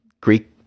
Greek